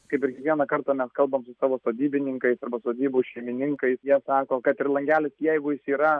kaip ir kiekvieną kartą mes kalbam su savo sodybininkais arba sodybų šeimininkais jie sako kad ir langelis jeigu jis yra